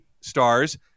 stars